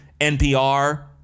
NPR